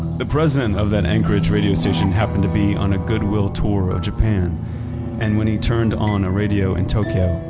the president of that anchorage radio station happened to be on a goodwill tour of japan and when he turned on a radio in tokyo,